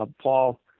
Paul